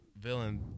villain